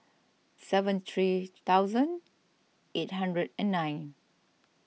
seven three thousand eight hundred and nine